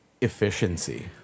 efficiency